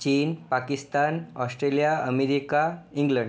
चीन Pakistan Australia America England